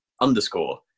underscore